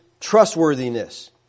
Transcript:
trustworthiness